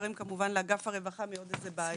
מוכרים כמובן לאגף הרווחה מעוד איזו בעיה.